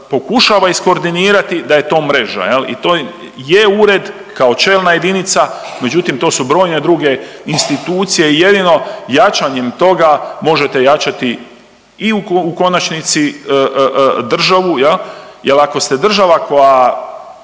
iskoordinirati, da je to mreža. I to je ured kao čelna jedinica, međutim, to su brojne druge institucije i jedino jačanjem toga možete jačati i u konačnici državu, jer ako ste država koja